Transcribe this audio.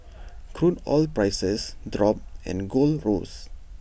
crude oil prices dropped and gold rose